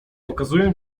pokazuję